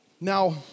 Now